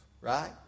Right